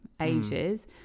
ages